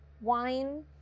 wine